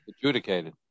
adjudicated